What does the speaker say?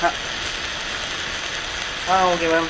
ஆ ஆ okay ma'am